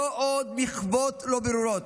לא עוד מחוות לא ברורות,